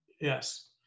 yes